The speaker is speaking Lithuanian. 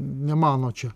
nemano čia